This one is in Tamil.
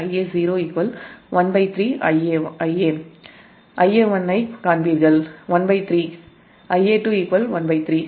Ia1 I 13 ஐக் காண்பீர்கள் Ia2 13 மற்றும் Ia0 13